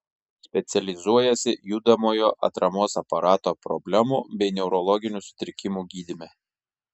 specializuojasi judamojo atramos aparato problemų bei neurologinių sutrikimų gydyme